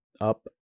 up